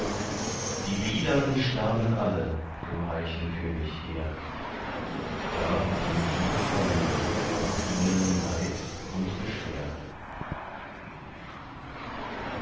die biedern starben alle dem reichen könig hehr da hatten liebe freunde nach ihnen leid und beschwer